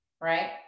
right